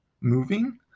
moving